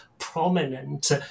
prominent